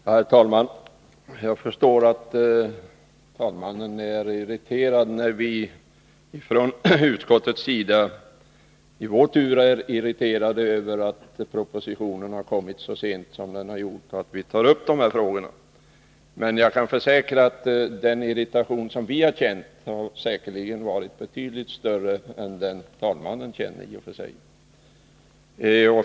Herr talman! Jag förstår att talmannen är irriterad när vi från utskottets sida tar upp de här frågorna om propositionsavlämnandet, medan vi i vår tur ärirriterade över att propositionen har kommit så sent. Men jag kan försäkra att den irritation som vi har känt har varit betydligt större än den talmannen känner.